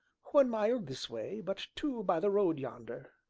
one mile this way, but two by the road yonder.